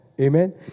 Amen